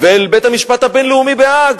ואל בית-המשפט הבין-לאומי בהאג,